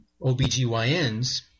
OBGYNs